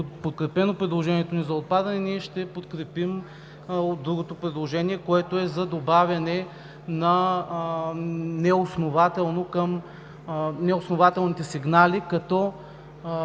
подкрепено предложението ни за отпадане, ние ще подкрепим другото предложение, което е за добавяне на неоснователните сигнали като